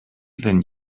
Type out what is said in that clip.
than